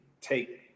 take